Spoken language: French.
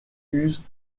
usent